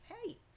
hey